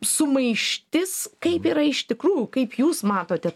sumaištis kaip yra iš tikrųjų kaip jūs matote